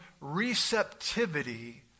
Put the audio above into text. receptivity